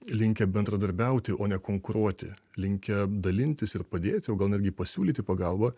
linkę bendradarbiauti o ne konkuruoti linkę dalintis ir padėti o gal netgi pasiūlyti pagalbą